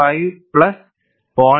5 plus 0